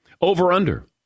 over-under